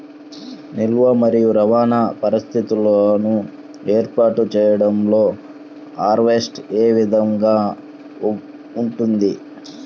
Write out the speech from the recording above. నిల్వ మరియు రవాణా పరిస్థితులను ఏర్పాటు చేయడంలో హార్వెస్ట్ ఏ విధముగా ఉంటుంది?